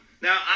Now